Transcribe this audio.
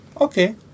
okay